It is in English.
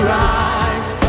rise